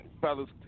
fellas